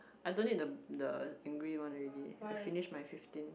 I don't need the the angry one already I finish my fifteen